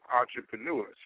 Entrepreneurs